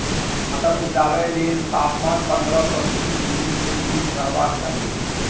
मटर उपजाबै लेल तापमान पंद्रह सँ तीस डिग्री केर बीच रहबाक चाही